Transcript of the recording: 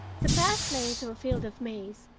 the path lay through a field of maize,